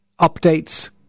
updates